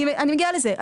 אני מגיעה לזה.